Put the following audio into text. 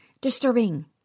disturbing